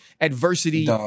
adversity